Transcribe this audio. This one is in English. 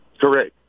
correct